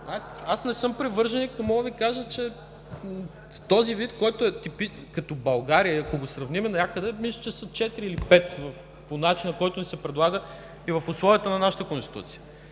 Аз не съм привърженик, но мога да Ви кажа, че в този вид – като България, ако го сравним някъде, мисля, че са четири или пет, по начина по който ни се предлага и в условията на нашата Конституция.